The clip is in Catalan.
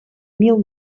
mil